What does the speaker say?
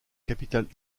capitale